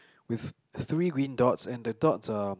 with three green dots and the dots are